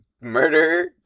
murder